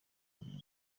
kurimba